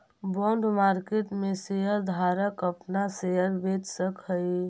bond market में share धारक अपना शेयर बेच सकऽ हई